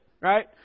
Right